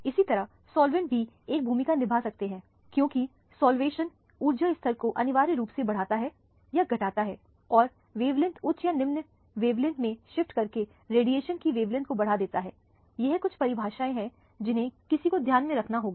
इसी तरह सॉल्वैंट्स भी एक भूमिका निभा सकते हैं क्योंकि सॉल्वैंशन ऊर्जा स्तर को अनिवार्य रूप से बढ़ाता है या घटाता है और वैवलैंथ उच्च या निम्न वैवलैंथ में शिफ्ट करके रेडिएशन की वैवलैंथ को बदल देता है ये कुछ परिभाषाएँ हैं जिन्हें किसी को ध्यान में रखना होगा